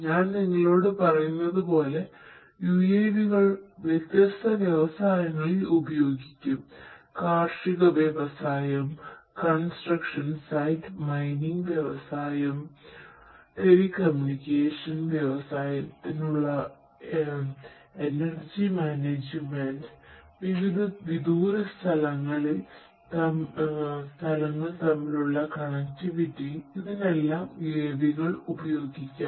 ഞാൻ നിങ്ങളോട് പറയുന്നതുപോലെ UAV കൾ വ്യത്യസ്ത വ്യവസായങ്ങളിൽ ഉപയോഗിക്കുംകാർഷിക വ്യവസായം കൺസ്ട്രക്ഷൻ സൈറ്റ് മൈനിംഗ് വ്യവസായം ഇതിനെല്ലാം UAV കൾ ഉപയോഗിക്കാം